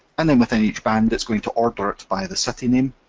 and then within each band it's going to order it by the city name,